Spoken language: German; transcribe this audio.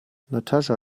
natascha